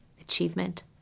achievement